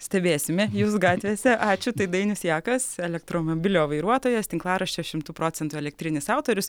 stebėsime jus gatvėse ačiū tai dainius jakas elektromobilio vairuotojas tinklaraščio šimtu procentų elektrinis autorius